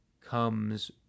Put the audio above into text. comes